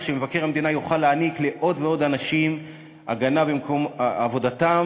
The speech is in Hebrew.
שמבקר המדינה יוכל להעניק לעוד ועוד אנשים הגנה במקום עבודתם,